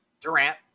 Durant